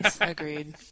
Agreed